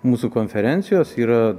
mūsų konferencijos yra